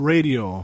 Radio